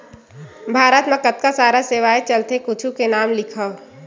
भारत मा कतका सारा सेवाएं चलथे कुछु के नाम लिखव?